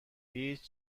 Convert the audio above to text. هیچ